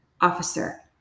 officer